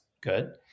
Good